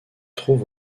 trouve